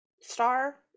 star